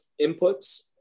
inputs